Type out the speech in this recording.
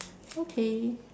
okay